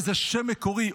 איזה שם מקורי,